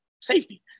safety